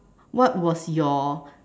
what was your